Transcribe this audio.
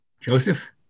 Joseph